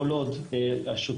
כל עוד השוטרים,